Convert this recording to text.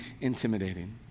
intimidating